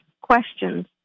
questions